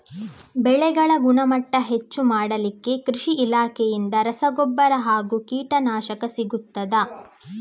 ಬೆಳೆಗಳ ಗುಣಮಟ್ಟ ಹೆಚ್ಚು ಮಾಡಲಿಕ್ಕೆ ಕೃಷಿ ಇಲಾಖೆಯಿಂದ ರಸಗೊಬ್ಬರ ಹಾಗೂ ಕೀಟನಾಶಕ ಸಿಗುತ್ತದಾ?